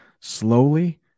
slowly